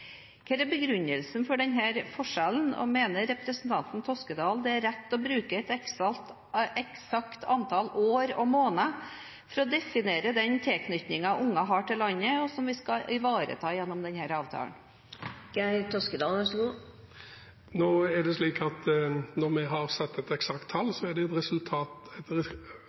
Hva er begrunnelsen for denne forskjellen? Mener representanten Toskedal at det er rett å bruke et eksakt antall år og måneder for å definere den tilknytningen unger har til landet, og som vi skal ivareta gjennom denne avtalen? Det er slik at når vi har satt et eksakt antall år, er det et resultat